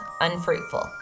unfruitful